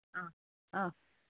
অ' অ'